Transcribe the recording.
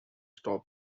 stop